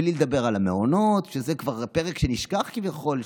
ובלי לדבר על המעונות, שזה כבר פרק שנשכח, כביכול.